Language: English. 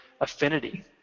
affinity